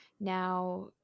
now